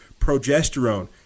progesterone